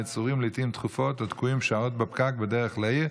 נצורים לעיתים תכופות או תקועים שעות בפקק בדרך לעיר,